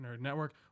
Network